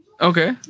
Okay